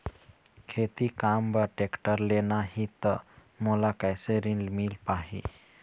खेती काम बर टेक्टर लेना ही त मोला कैसे ऋण मिल पाही?